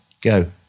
go